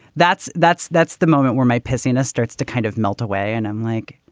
that's that's that's the moment where my pezzini starts to kind of melt away and i'm like.